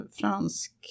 fransk